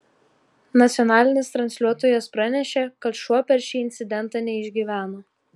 nacionalinis transliuotojas pranešė kad šuo per šį incidentą neišgyveno